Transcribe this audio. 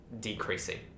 decreasing